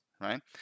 right